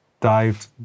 dived